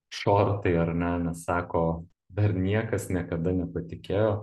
šortai ar ne nes sako dar niekas niekada nepatikėjo